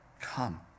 Come